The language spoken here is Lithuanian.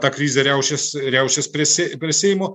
tą krizę riaušes riaušes prie se prie seimo